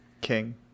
King